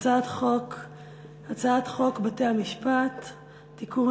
להצעת חוק בתי-המשפט (תיקון,